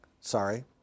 Sorry